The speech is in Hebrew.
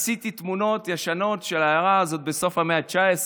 עשיתי תמונות ישנות של העיירה הזאת בסוף המאה ה-19